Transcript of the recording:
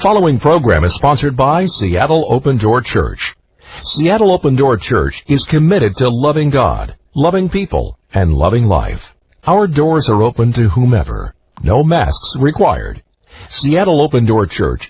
following program is sponsored by seattle open door church yet open door church is committed to loving god loving people and loving life our doors are open to whomever no mass required seattle open door church